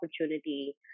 opportunity